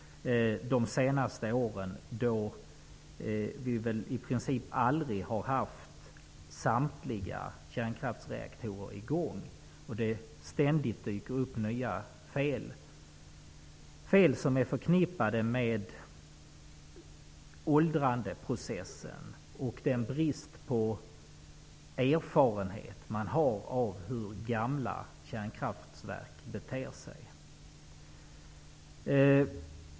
De senaste åren har i princip samtliga kärnkraftsverk aldrig varit i gång samtidigt. Det dyker ständigt upp nya fel. Det är fel som är förknippade med åldrandeprocessen och den brist på erfarenhet som finns av hur gamla kärnkraftsverk beter sig.